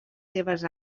seves